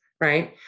right